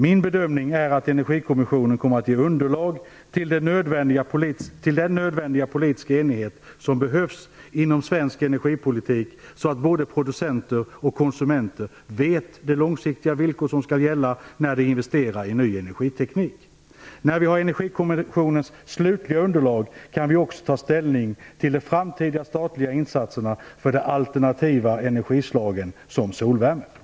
Min bedömning är att Energikommissionen kommer att ge underlag till den nödvändiga politiska enighet som behövs inom svensk energipolitik, så att både producenter och konsumenter vet vilka långsiktiga villkor som skall gälla när de investerar i nya energiteknik. När vi har Energikommissionens slutliga underlag kan vi också ta ställning till de framtida statliga insatserna för de alternativa energislagen som t.ex. solvärme.